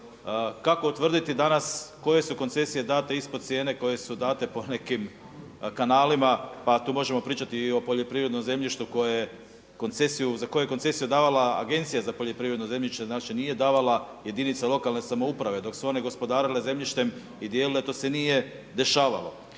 kako utvrditi danas koje su koncesije date ispod cijene, koje su date po nekim kanalima, pa tu možemo pričati o poljoprivrednom zemljištu za koje je koncesiju davala Agencija za poljoprivredno zemljište. Znači, nije davala jedinica lokalne samouprave dok su one gospodarile zemljištem i dijelile to se nije dešavalo.